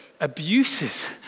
abuses